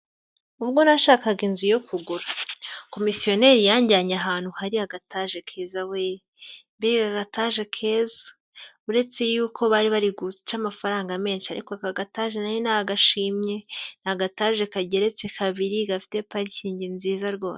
Ubwo nashakaga inzu yo kugura, komisiyoneri yanjyanye ahantu hari agataje keza we! mbega agataje keza uretse yuko bari bari guca amafaranga menshi, ariko aka gataje nari nagashimye, ni agataje kageretse kabiri gafite parikingi nziza rwose.